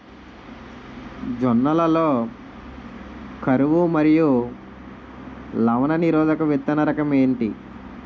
జొన్న లలో కరువు మరియు లవణ నిరోధక విత్తన రకం ఏంటి?